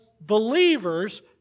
believers